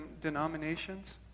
denominations